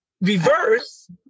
reverse